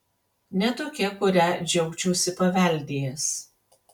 ne tokia kurią džiaugčiausi paveldėjęs